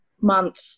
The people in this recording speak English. month